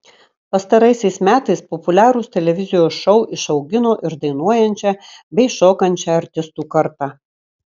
pastaraisiais metais populiarūs televizijos šou išaugino ir dainuojančią bei šokančią artistų kartą